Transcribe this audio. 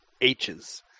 H's